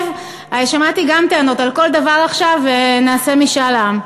שמעתי גם טענות, על כל דבר עכשיו נעשה משאל עם.